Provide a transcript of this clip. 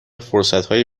فرصتهای